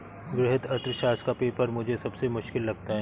वृहत अर्थशास्त्र का पेपर मुझे सबसे मुश्किल लगता है